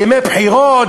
ימי בחירות,